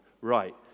Right